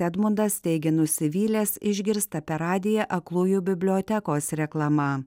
edmundas teigia nusivylęs išgirsta per radiją aklųjų bibliotekos reklama